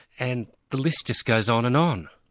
and the list just goes on and on.